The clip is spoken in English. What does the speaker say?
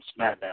SmackDown